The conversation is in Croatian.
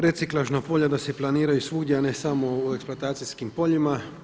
Reciklažna polja da se planiraju svugdje, a ne samo u eksploatacijskim poljima.